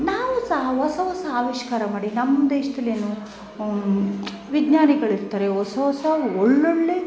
ನಾವು ಸಹ ಹೊಸ ಹೊಸ ಆವಿಷ್ಕಾರ ಮಾಡಿ ನಮ್ಮ ದೇಶ್ದಲ್ಲಿ ಏನು ವಿಜ್ಞಾನಿಗಳಿರ್ತಾರೆ ಹೊಸ ಹೊಸ ಒಳ್ಳೊಳ್ಳೆ